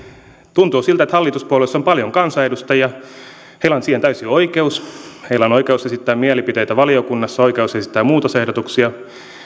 tuntuu siltä että hallituspuolueissa on paljon kansanedustajia heillä on siihen täysi oikeus heillä on oikeus esittää mielipiteitä valiokunnassa oikeus esittää muutosehdotuksia